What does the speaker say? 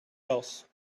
else